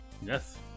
yes